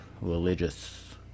religious